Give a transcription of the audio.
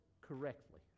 correctly